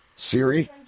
Siri